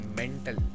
mental